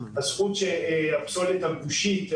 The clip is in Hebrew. הזכות שהפסולת הגושית,